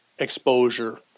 Exposure